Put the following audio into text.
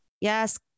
Yes